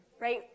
right